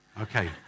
Okay